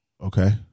Okay